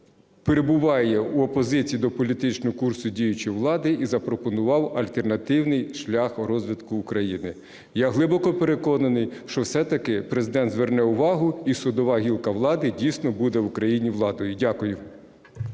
перебуває в опозиції до політичного курсу діючої влади і запропонував альтернативний шлях розвитку України. Я глибоко переконаний, що все-таки Президент зверне увагу, і судова гілка влади дійсно буде в Україні владою. Дякую.